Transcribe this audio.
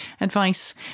advice